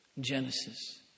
Genesis